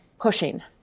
pushing